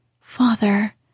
Father